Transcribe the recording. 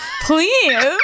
Please